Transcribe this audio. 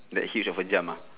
that huge of a jump ah